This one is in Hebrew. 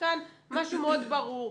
משהו מאוד ברור.